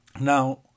Now